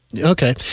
okay